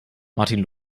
martin